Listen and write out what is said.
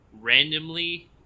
randomly